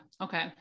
Okay